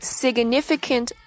significant